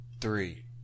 three